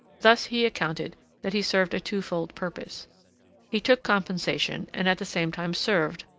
thus he accounted that he served a twofold purpose he took compensation and at the same time served,